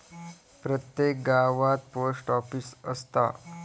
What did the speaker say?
प्रत्येक गावात post office असता